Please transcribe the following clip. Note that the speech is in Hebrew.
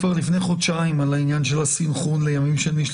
לפני חודשיים על העניין של הסנכרון לימים שני,